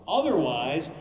Otherwise